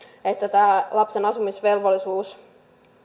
että lapsen asumisvelvollisuus